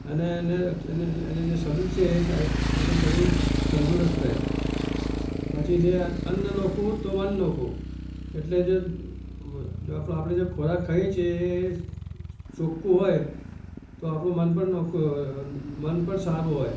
અને એને એને જે શરીર છે એ એનું શરીર તંદુરસ્ત રહે પછી જે આ અન્ન નોખું તો વન નોખું એટલે જે આપડે જે ખોરાક ખાઈએ છે એ ચોખ્ખું હોય તો આપડું મન પણ નોખું મન પણ સારું હોય